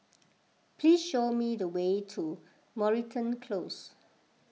please show me the way to Moreton Close